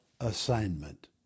assignment